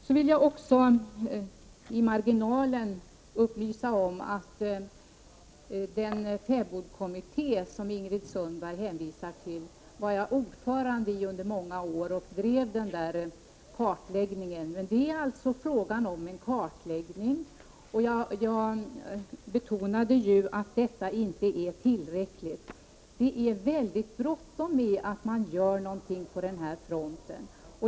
Jag vill också i marginalen upplysa om att jag var ordförande i den fäbodkommitté som Ingrid Sundberg hänvisade till. Där gjorde vi denna kartläggning. Men jag betonade i mitt anförande att det inte är tillräckligt. Det är mycket bråttom att göra någonting på den här fronten.